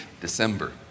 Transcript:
December